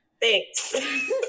Thanks